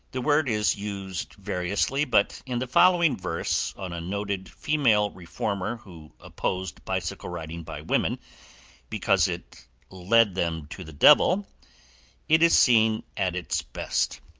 the word is used variously, but in the following verse on a noted female reformer who opposed bicycle-riding by women because it led them to the devil it is seen at its best